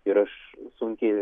ir aš sunkiai